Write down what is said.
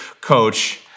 coach